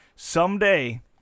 someday